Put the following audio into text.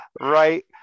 right